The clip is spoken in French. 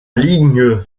ligne